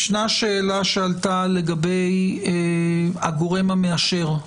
ישנה שאלה שעלתה לגבי הגורם המאשר,